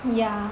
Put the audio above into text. yeah